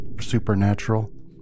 supernatural